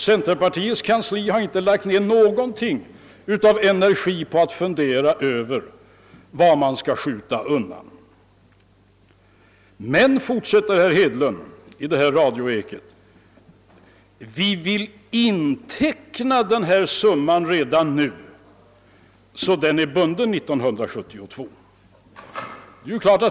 Centerpartiets kansli har inte lagt ned någon energi på att fundera över vad man skall skjuta undan. Men, fortsatte herr Hedlund i detta eko, vi vill inteckna denna summa redan nu så att den är bunden 1972.